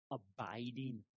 abiding